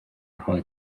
rhoi